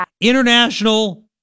international